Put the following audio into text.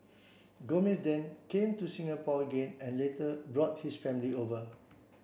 Gomez then came to Singapore again and later brought his family over